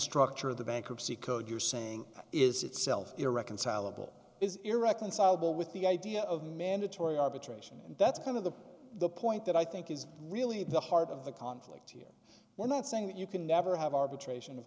structure of the bankruptcy code you're saying is itself irreconcilable is irreconcilable with the idea of mandatory arbitration and that's kind of the the point that i think is really the heart of the conflict here we're not saying that you can never have arbitration of